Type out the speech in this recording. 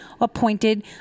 appointed